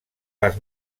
les